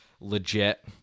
legit